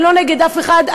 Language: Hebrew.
אני לא נגד אף אחד,